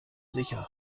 sicher